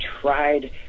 tried